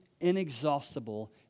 inexhaustible